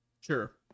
Sure